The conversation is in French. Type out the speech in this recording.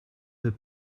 peut